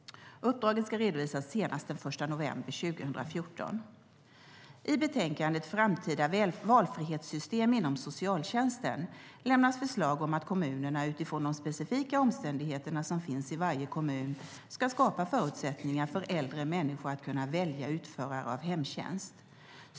Uppdraget ska redovisas senast den 1 november 2014. I betänkandet Framtidens valfrihetssystem - inom socialtjänsten lämnas förslag om att kommunerna utifrån de specifika omständigheter som finns i varje kommun ska skapa förutsättningar för äldre människor att kunna välja utförare av hemtjänst.